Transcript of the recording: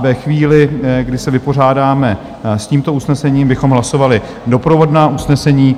Ve chvíli, kdy se vypořádáme s tímto usnesením, bychom hlasovali doprovodná usnesení.